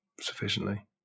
sufficiently